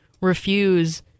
refuse